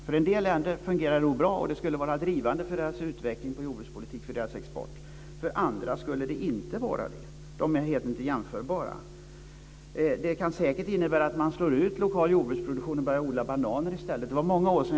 För en del länder fungerar det nog bra och skulle vara drivande för deras utveckling av jordbrukspolitiken och för deras export, för andra skulle det inte vara det. De är helt enkelt inte jämförbara. Det kan säkert innebära att lokal jordbruksproduktion slås ut och att man i stället börjar odla bananer.